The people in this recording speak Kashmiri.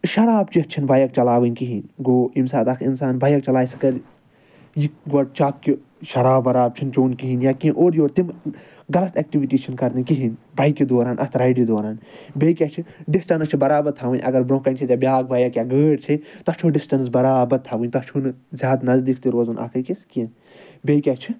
شراب چیٚتھ چھَنہٕ بایِک چلاوٕنۍ کِہیٖنۍ گوٚو ییمہِ ساتہٕ اکھ اِنسان بایِک چلایہِ سُہ کرِ یہِ گۄڈٕ چیٚک کہِ شراب وارب چھُنہٕ چیٛون کِہیٖنۍ یا کیٚنٛہہ اورٕ یور تِم غلط ایٚکٹِوٹی چھَنہٕ کَرنہِ کِہیٖنۍ بایکہِ دوران اَتھ رایڈِ دوران بیٚیہِ کیٛاہ چھِ ڈِسٹیٚنٕس چھِ برابر تھاوٕنۍ اَگر برٛونٛہہ کٕنۍ چھےٚ ژےٚ بیٛاکھ بایک یا گٲڑۍ چھیٚے تۄہہِ چھوٚو ڈِسٹیٚنٕس برابر تھاوٕنۍ تۄہہِ چھو نہٕ زیادٕ نَزدیٖک تہِ روزُن اکھ أکس کیٚنٛہہ بیٚیہِ کیٛاہ چھِ